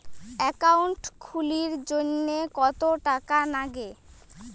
Account খুলির জন্যে কত টাকা নাগে?